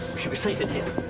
should be safe in here.